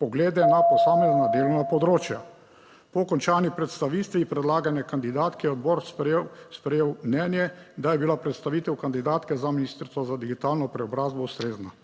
poglede na posamezna delovna področja. Po končani predstavitvi predlagane kandidatke je odbor sprejel mnenje, da je bila predstavitev kandidatke za ministrico za digitalno preobrazbo ustrezna.